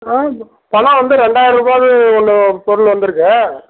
ஆ பணம் வந்து ரெண்டாய ரூபான்னு ஒன்று பொருள் வந்துயிருக்கு